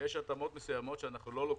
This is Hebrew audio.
ויש התאמות מסוימות שאנחנו לא לוקחים.